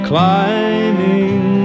Climbing